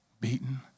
beaten